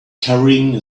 carrying